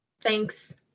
Thanks